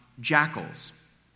jackals